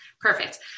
perfect